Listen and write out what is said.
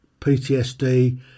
PTSD